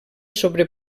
sobre